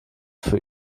für